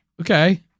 Okay